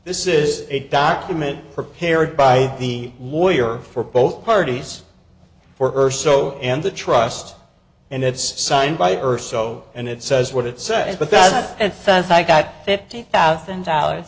this is a document prepared by the lawyer for both parties for her so and the trust and it's signed by earth so and it says what it says but that and fence i got fifty thousand dollar